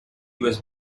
was